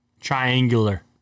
triangular